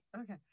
okay